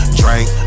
drink